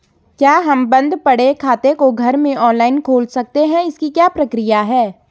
क्या हम बन्द पड़े खाते को घर में ऑनलाइन खोल सकते हैं इसकी क्या प्रक्रिया है?